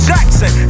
Jackson